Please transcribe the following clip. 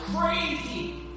crazy